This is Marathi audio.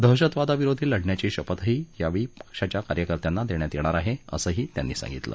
दहशतवाद विरोधी लढण्याची शपथही यावेळी पक्षाच्या कार्यकर्त्यांना देण्यात येणार आहे असंही त्यांनी सांगितलं